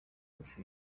gufite